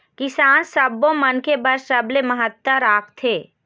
किसान सब्बो मनखे बर सबले महत्ता राखथे